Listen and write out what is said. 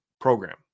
program